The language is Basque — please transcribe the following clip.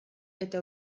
eta